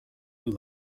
you